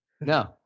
No